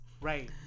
Right